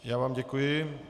Já vám děkuji.